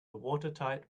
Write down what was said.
watertight